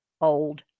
old